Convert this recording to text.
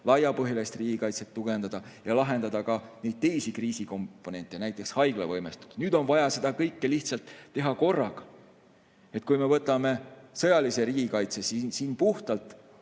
laiapõhjalist riigikaitset tugevdada ja lahendada ka teisi kriisi komponente, näiteks haiglavõimekust. Nüüd on vaja seda kõike lihtsalt teha korraga. Kui me võtame puhtalt sõjalise riigikaitse, siis see